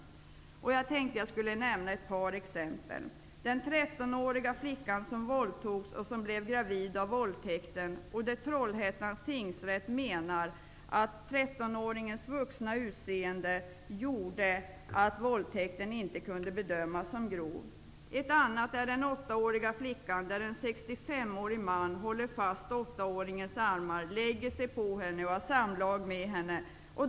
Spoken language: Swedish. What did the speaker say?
Jag tänker nämna ett par exempel. Vi har den trettonåriga flickan som våldtogs och som blev gravid av våldtäkten. Där menar Trollhättans tingsrätt att trettonåringens vuxna utseende gjorde att våldtäkten inte kunde bedömas som grov. Ett annat exempel är när en sextiofemårig man håller fast en åttaårig flickas armar, lägger sig på henne och har samlag med henne.